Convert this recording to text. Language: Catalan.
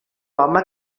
home